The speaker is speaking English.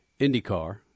IndyCar